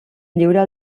lliura